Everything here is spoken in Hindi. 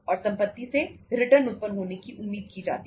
और संपत्ति से रिटर्न उत्पन्न होने की उम्मीद की जाती है